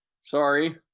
Sorry